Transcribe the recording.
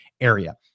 area